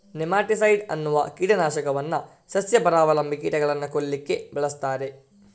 nematicide ಅನ್ನುವ ಕೀಟ ನಾಶಕವನ್ನ ಸಸ್ಯ ಪರಾವಲಂಬಿ ಕೀಟಗಳನ್ನ ಕೊಲ್ಲಿಕ್ಕೆ ಬಳಸ್ತಾರೆ